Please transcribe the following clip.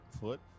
foot